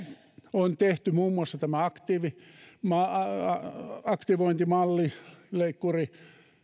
on tehty muun muassa tämä aktivointimalli leikkuri